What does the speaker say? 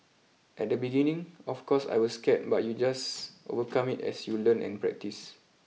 at the beginning of course I was scared but you just overcome it as you learn and practice